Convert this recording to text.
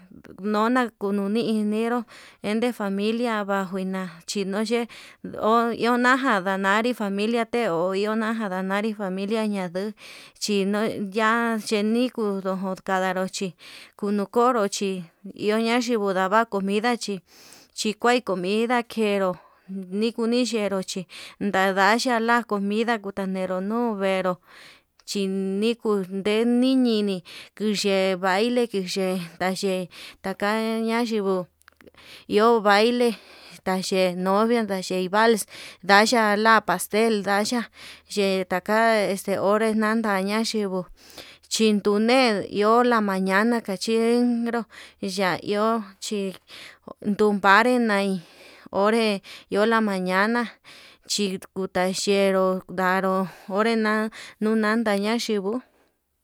Nona kununi enero vede familia vanjuina chinoye chi oniajan ndanare familia te inriona, jan ndanari familia ña'a nduu chino'o ya'a yeniku kundu kayanro chí kuu no kiunro china kuño ndava comida chí, chikuai comida kenró nikuuni xhero chí ndadaxhia la comida ndaneru nuu venru chinekuu ndenii ñiñi, ndeye'e baile nduxhe nayee kata ña'a yinguu iho baile tayee novia tayee, xhei vals ndaya'a lapastel ndaya ye'e taka este onre nandaña yinguo chindune iho la mañana kachi ñenró ya'a iho chin ndunvare nai onré ndio la mañana chi kuta yenró ndaru onre nunanda na xhivo.